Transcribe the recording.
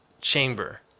chamber